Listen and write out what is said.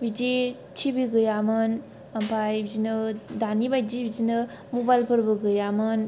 बिदि T V गैयामोन आमफ्राय बिदिनो दानि बायदि बिदिनो मबाइलफोरबो गैयामोन